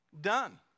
Done